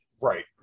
Right